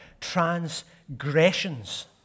transgressions